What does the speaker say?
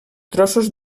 trossos